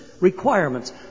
requirements